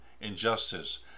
injustice